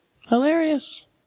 Hilarious